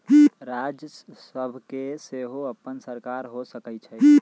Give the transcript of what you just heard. राज्य सभ के सेहो अप्पन सरकार हो सकइ छइ